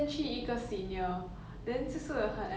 then 她很 panic eh 她 almost cry you know